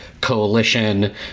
coalition